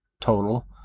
total